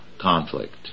conflict